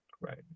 Right